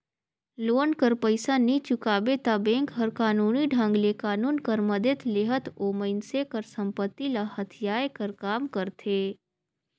loan कर पइसा नी चुकाबे ता बेंक हर कानूनी ढंग ले कानून कर मदेत लेहत ओ मइनसे कर संपत्ति ल हथियाए कर काम करथे